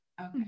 Okay